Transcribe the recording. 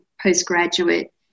postgraduate